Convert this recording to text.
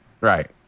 Right